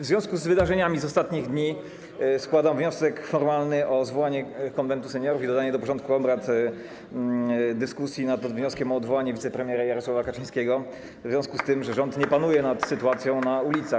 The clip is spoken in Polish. W związku z wydarzeniami z ostatnich dni składam wniosek formalny o zwołanie Konwentu Seniorów i dodanie do porządku obrad dyskusji nad wnioskiem o odwołanie wicepremiera Jarosława Kaczyńskiego w związku z tym, że rząd nie panuje nad sytuacją na ulicach.